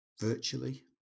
virtually